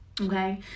okay